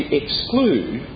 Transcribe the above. exclude